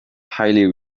highly